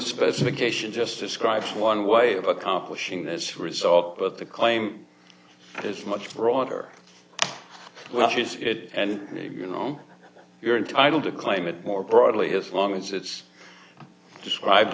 specification just describe one way of accomplishing this result but the claim is much broader well she did and you know you're entitled to claim it more broadly as long as it's described